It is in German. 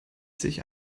sich